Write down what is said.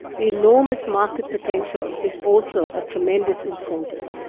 the enormous market potential is also a tremendous incentive.